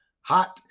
hot